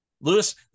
lewis